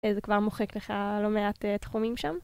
זה כבר מוחק לך לא מעט תחומים שם.